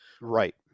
Right